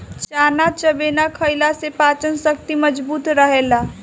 चना चबेना खईला से पाचन शक्ति मजबूत रहेला